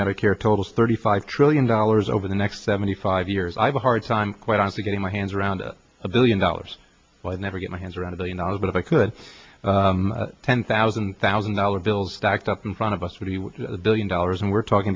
medicare totals thirty five trillion dollars over the next seventy five years i have a hard time quite honestly getting my hands around a billion dollars by never get my hands around a billion dollars but if i could ten thousand thousand dollar bills stacked up in front of us with a billion dollars and we're talking